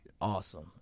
awesome